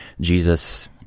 Jesus